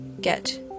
get